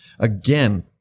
Again